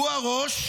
הוא הראש,